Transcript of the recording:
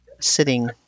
sitting